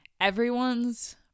everyone's